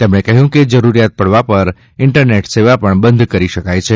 તેમણે કહ્યું કે જરૂરિયાત પડવા પર ઇન્ટરનેટ સેવા પણ બંધ કરી શકાય છે